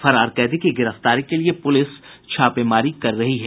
फरार कैदी की गिरफ्तारी के लिए पुलिस छापेमारी की जा रही है